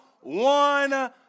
one